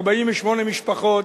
48 משפחות,